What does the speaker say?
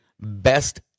best